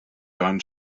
john